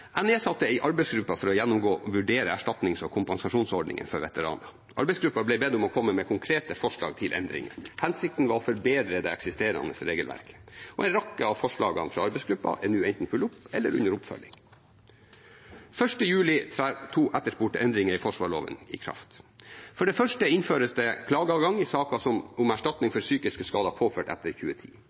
Jeg nedsatte en arbeidsgruppe for å gjennomgå og vurdere erstatnings- og kompensasjonsordninger for veteraner. Arbeidsgruppen ble bedt om å komme med konkrete forslag til endringer. Hensikten var å forbedre det eksisterende regelverket, og en rekke av forslagene fra arbeidsgruppen er nå enten fulgt opp eller under oppfølging. Den 1. juli trer to etterspurte endringer i forsvarsloven i kraft. For det første innføres det klageadgang i saker om erstatning for psykiske skader påført etter 2010.